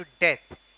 death